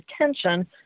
attention